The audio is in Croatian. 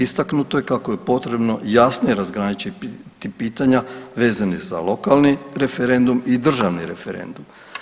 Istaknuto je kako je potrebno jasnije razgraničiti pitanja vezanih za lokalni referendum i državni referendum.